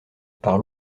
par